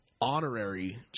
honorary